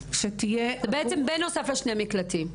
בנוסף לשני המקלטים.